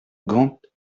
gand